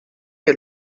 est